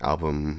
Album